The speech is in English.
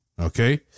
okay